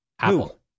apple